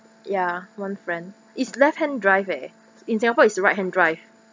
ya one friend is left hand drive eh in singapore is right hand drive